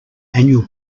annual